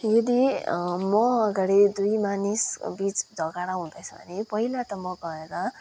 यदी म अगाडि दुई मानिस बिच झगडा हुँदैछ भने पहिला त म गएर